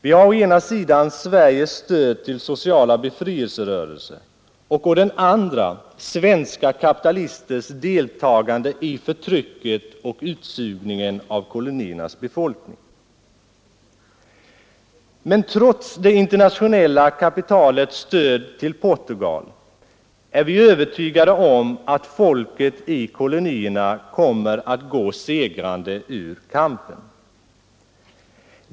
Vi har å ena sidan Sveriges stöd till sociala befrielserörelser och å andra sidan svenska kapitalisters deltagande i förtrycket och utsugningen av koloniernas befolkning. Trots det internationella kapitalets stöd till Portugal är vi emellertid övertygade om att folket i kolonierna kommer att gå segrande ur kampen.